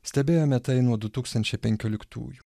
stebėjome tai nuo du tūkstančiai penkioliktųjų